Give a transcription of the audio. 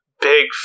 big